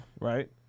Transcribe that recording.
right